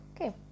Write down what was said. okay